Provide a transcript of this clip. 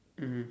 mmhmm